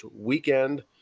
weekend